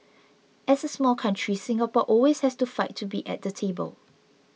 as a small country Singapore always has to fight to be at the table